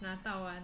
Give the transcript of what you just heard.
拿到完